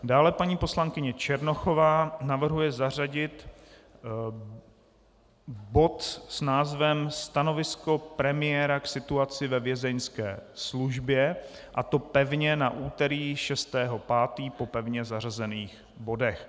Dále paní poslankyně Černochová navrhuje zařadit bod s názvem Stanovisko premiéra k situaci ve Vězeňské službě, a to pevně na úterý 6. 5. po pevně zařazených bodech.